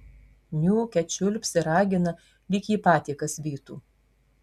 niūkia čiulpsi ragina lyg jį patį kas vytų